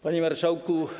Panie Marszałku!